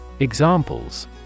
Examples